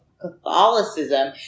Catholicism